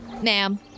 Ma'am